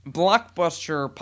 blockbuster